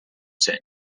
zen